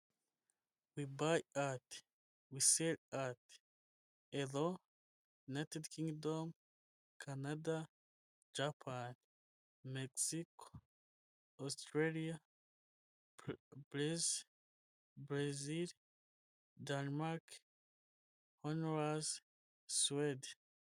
Wi bayi ati, wi seri ati, Euro, United Kingdom, Canada, Japan, Mexico, Australia, Belize, Brazil, Denmark, Honduras, Sweden.